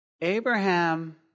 Abraham